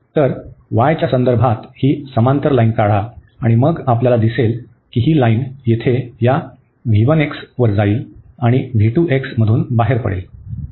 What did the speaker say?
तर y च्या संदर्भात ही समांतर लाईन लाईन काढा आणि मग आपल्याला दिसेल की ही लाईन येथे या वर जाईल आणि मधून बाहेर पडेल